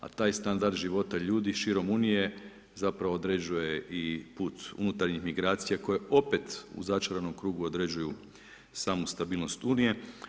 A taj standard života ljudi širom unije zapravo određuje i put unutarnjih migracija koje opet u začaranom krugu određuju samu stabilnost unije.